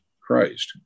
Christ